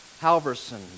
Halverson